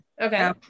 Okay